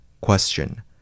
Question